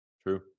True